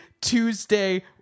Tuesday